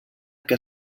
que